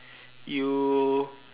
you